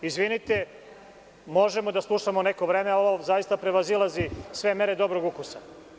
Izvinite, možemo da slušamo neko vreme, ali ovo zaista prevazilazi sve mere dobrog ukusa.